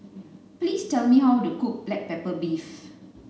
please tell me how to cook black pepper beef